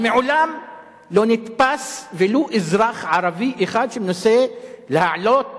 ברומא עיכבו אותה ואת האנשים שהיו אתה בצורה שהיא מעבר למה שמקובל,